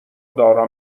دارا